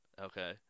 Okay